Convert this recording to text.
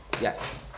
Yes